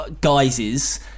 guises